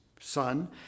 son